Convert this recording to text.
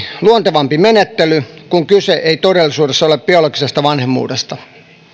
luontevampi menettely kun kyse ei todellisuudessa ole biologisesta vanhemmuudesta